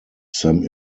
some